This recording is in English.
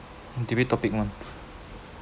debate topic one